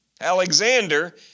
Alexander